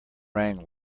rang